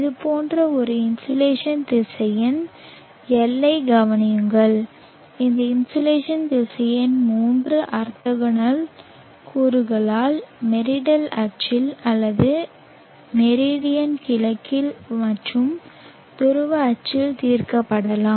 இது போன்ற ஒரு இன்சோலேஷன் திசையன் L ஐக் கவனியுங்கள் இந்த இன்சோலேஷன் திசையன் மூன்று ஆர்த்தோகனல் கூறுகளாக மெரிடல் அச்சில் அல்லது மெரிடியனின் கிழக்கில் மற்றும் துருவ அச்சில் தீர்க்கப்படலாம்